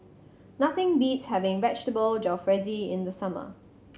nothing beats having Vegetable Jalfrezi in the summer